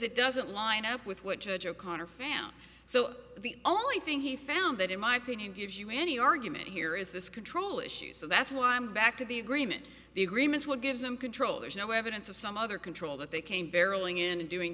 it doesn't line up with what judge o'connor fan so the only thing he found that in my opinion gives you any argument here is this control issue so that's why i'm back to the agreement the agreement will give them control there's no evidence of some other control that they came barreling into doing